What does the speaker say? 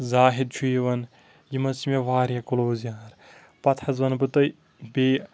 زاہِد چھُ یِوان یِم حظ چھِ مےٚ واریاہ کٕلوز یار پَتہٕ حظ وَنہٕ بہٕ تۄہہِ بیٚیہِ